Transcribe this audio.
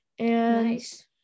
Nice